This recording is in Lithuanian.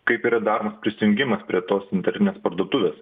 kaip yra daromas prisijungimas prie tos internet parduotuvės